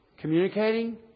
Communicating